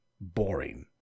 boring